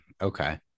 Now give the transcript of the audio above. Okay